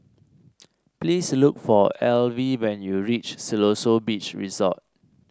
please look for Alvie when you reach Siloso Beach Resort